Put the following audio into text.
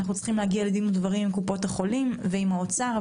ואנחנו צריכים להגיע לדין ודברים עם קופות החולים ועם האוצר.